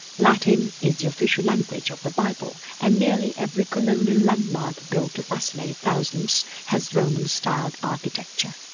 latin is the official language of the bible and nearly every colonial landmark built to fascinate thousands has roman styled architecture.